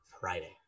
Friday